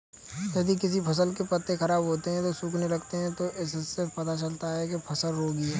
यदि किसी फसल के पत्ते खराब होते हैं, सूखने लगते हैं तो इससे पता चलता है कि फसल रोगी है